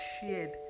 shared